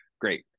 Great